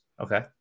Okay